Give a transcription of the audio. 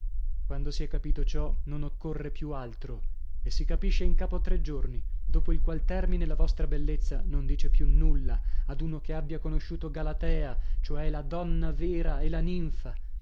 quando si è capito ciò non occorre più altro e si capisce in capo a tre giorni dopo il qual termine la vostra bellezza non dice più nulla ad uno che abbia conosciuto galatea cioè la donna vera e la